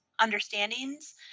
understandings